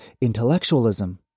intellectualism